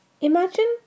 Imagine